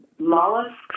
Mollusks